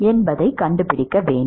என்பதைக் கண்டுபிடிக்க வேண்டும்